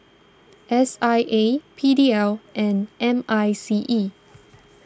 S I A P D L and M I C E